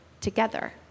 together